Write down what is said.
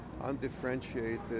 undifferentiated